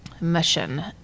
Mission